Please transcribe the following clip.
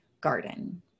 garden